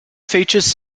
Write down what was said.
features